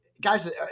guys